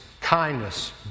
kindness